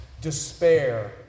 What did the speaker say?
despair